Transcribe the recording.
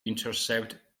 intercept